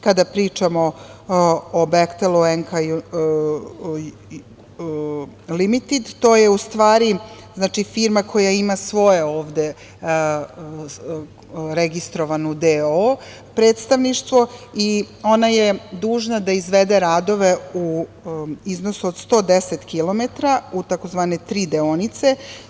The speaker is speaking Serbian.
Kada pričamo o „Behtelu“, „NK Limitid“, to je u stvari, firma koja ima ovde svoju registrovanu d.o.o. predstavništvo, i ona je dužna da izvede radove u iznosu od 110 kilometara u tri deonice.